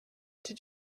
did